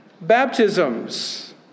baptisms